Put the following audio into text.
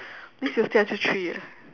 means you stay until three ah